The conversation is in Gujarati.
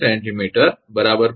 તેથી 𝑟 1